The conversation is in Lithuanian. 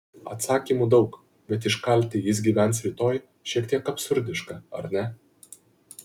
atsakymų daug bet iškalti jis gyvens rytoj šiek tiek absurdiška ar ne